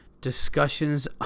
Discussions